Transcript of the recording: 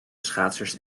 schaatsers